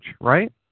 right